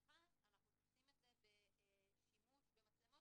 ואבטחה אנחנו תופסים את זה בשימוש במצלמות